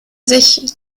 sich